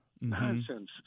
Nonsense